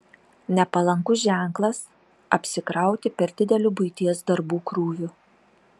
nepalankus ženklas apsikrauti per dideliu buities darbų krūviu